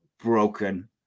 broken